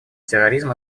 терроризм